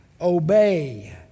Obey